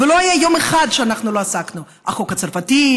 ולא היה יום אחד שלא עסקנו בחוק הצרפתי,